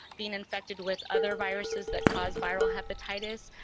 being infected with other viruses that cause viral hepatitis,